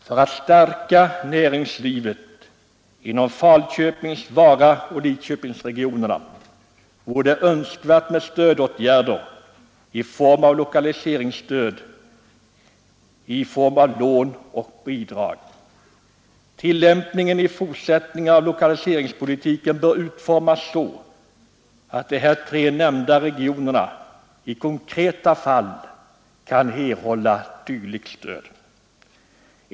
För att stärka näringslivet inom Falköpings-, Varaoch Lidköpingsregionerna vore det önskvärt med lokaliseringsstöd i form av lån och bidrag. Tillämpningen i fortsättningen av lokaliseringspolitiken bör utformas så att de tre nämnda regionerna i konkreta fall kan erhålla dylikt stöd.